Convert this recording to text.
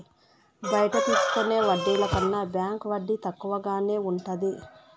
బయట తీసుకునే వడ్డీల కన్నా బ్యాంకు వడ్డీ తక్కువగానే ఉంటది